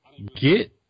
get